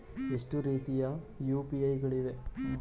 ಎಷ್ಟು ರೀತಿಯ ಯು.ಪಿ.ಐ ಗಳಿವೆ?